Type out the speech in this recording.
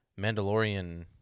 Mandalorian